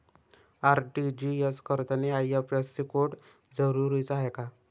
RTGS करतांनी IFSC code जरुरीचा हाय का?